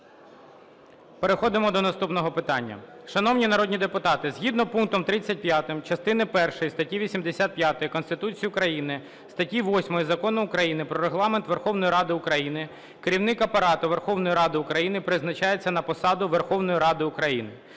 Переходимо до наступного питання. Шановні народні депутати, згідно пункту 35 частини першої статті 85 Конституції України, статті 8 Закону України "Про Регламент Верховної Ради України" Керівник Апарату Верховної Ради України призначається на посаду Верховної Ради України.